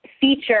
feature